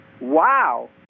wow